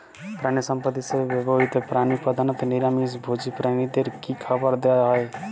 প্রাণিসম্পদ হিসেবে ব্যবহৃত প্রাণী প্রধানত নিরামিষ ভোজী প্রাণীদের কী খাবার দেয়া হয়?